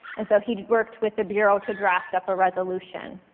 and so he worked with the bureau to draft up a resolution.